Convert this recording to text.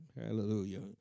Hallelujah